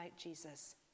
Jesus